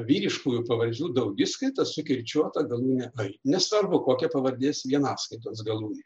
vyriškųjų pavardžių daugiskaita su kirčiuota galūne ai nesvarbu kokia pavardės vienaskaitos galūnė